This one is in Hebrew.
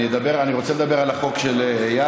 אני רוצה לדבר על החוק של איל.